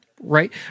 Right